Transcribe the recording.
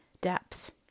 depth